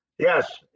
Yes